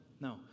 no